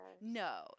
no